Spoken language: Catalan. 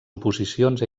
oposicions